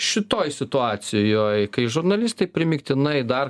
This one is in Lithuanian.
šitoj situacijoj kai žurnalistai primygtinai dar